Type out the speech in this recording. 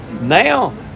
Now